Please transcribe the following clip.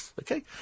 okay